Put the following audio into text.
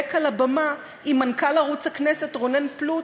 על הבמה עם מנכ"ל ערוץ הכנסת רונן פלוט,